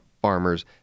farmers